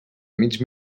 mig